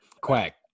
Quack